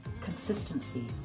consistency